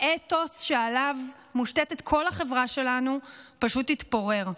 האתוס שעליו מושתתת כל החברה שלנו פשוט יתפורר.